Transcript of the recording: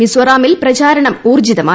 മിസോറാമിൽ പ്രചാര്യണ്ട് ഊർജ്ജിതമായി